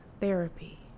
therapy